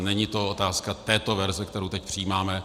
Není to otázka této verze, kterou teď přijímáme.